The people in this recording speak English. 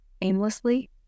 aimlessly